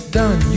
done